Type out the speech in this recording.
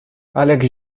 għalhekk